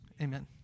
Amen